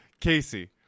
Casey